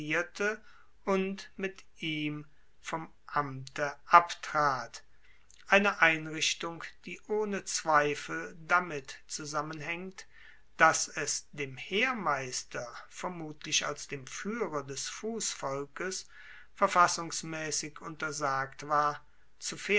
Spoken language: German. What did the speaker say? und mit ihm vom amte abtrat eine einrichtung die ohne zweifel damit zusammenhaengt dass es dem heermeister vermutlich als dem fuehrer des fussvolkes verfassungsmaessig untersagt war